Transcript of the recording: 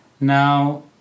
now